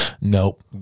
Nope